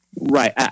Right